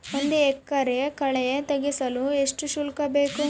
ಒಂದು ಎಕರೆ ಕಳೆ ತೆಗೆಸಲು ಎಷ್ಟು ಶುಲ್ಕ ಬೇಕು?